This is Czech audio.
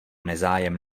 nezájem